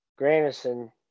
Granison